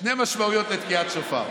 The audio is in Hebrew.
שתי משמעויות לתקיעת שופר.